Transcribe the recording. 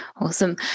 Awesome